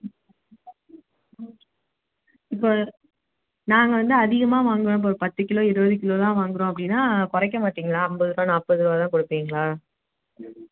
இப்போ நாங்கள் வந்து அதிகமாக வாங்குவேன் இப்போ பத்து கிலோ இருபது கிலோலாம் வாங்குறோம் அப்படினா குறைக்க மாட்டிங்களா ஐம்பதுருவா நாற்பத்துருவா தான் குறைப்பிங்களா